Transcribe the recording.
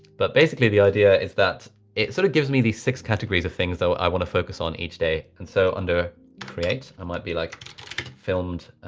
but basically the idea is that it sort of gives me these six categories of things that i wanna focus on each day. and so under create, i might be like filmed